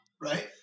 Right